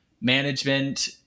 management